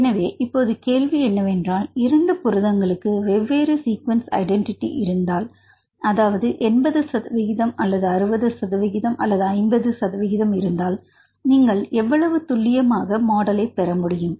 எனவே இப்போது கேள்வி என்னவென்றால் 2 புரதங்களுக்கு வெவ்வேறு சீக்வென்ஸ் ஐடென்டிட்டி இருந்தால் அதாவது 80 சதவீதம் அல்லது 60 சதவீதம் அல்லது 50 சதவீதம் இருந்தால் நீங்கள் எவ்வளவு துல்லியமாக மாடலைப் பெற முடியும்